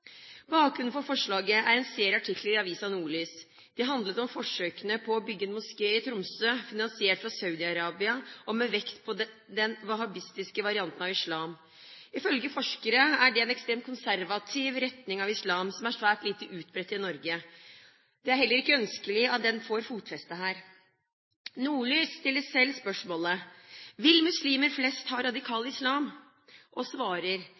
Bakgrunnen for forslaget er en serie artikler i avisen Nordlys. De handlet om forsøkene på å bygge en moské i Tromsø, finansiert fra Saudi-Arabia og med vekt på den wahhabistiske varianten av islam. Ifølge forskere er det en ekstremt konservativ retning av islam som er svært lite utbredt i Norge. Det er heller ikke ønskelig at den får fotfeste her. Nordlys stiller selv spørsmålet: Vil muslimer flest ha radikal islam? Og svarer: